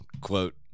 quote